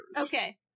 Okay